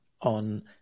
on